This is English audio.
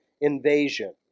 invasion